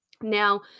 Now